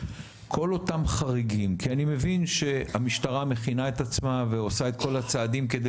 אני מבין שהמשטרה מכינה את עצמה ועושה את כל הצעדים כדי